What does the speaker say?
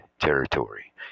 territory